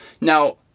now